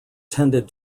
tended